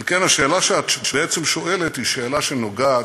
על כן, השאלה שאת בעצם שואלת היא שאלה שנוגעת,